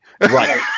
Right